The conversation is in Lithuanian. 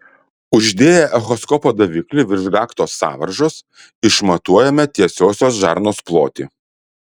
uždėję echoskopo daviklį virš gaktos sąvaržos išmatuojame tiesiosios žarnos plotį